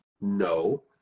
No